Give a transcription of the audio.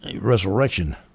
resurrection